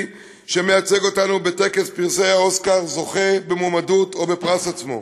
שמייצג אותנו בטקס פרסי האוסקר זוכה במועמדות או בפרס עצמו.